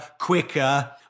quicker